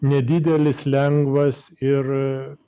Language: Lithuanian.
nedidelis lengvas ir